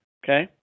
okay